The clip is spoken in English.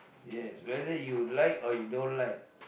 yes whether you like or you don't like